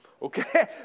Okay